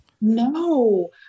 No